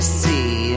see